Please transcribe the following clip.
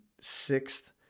sixth